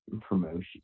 promotion